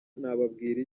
nababwira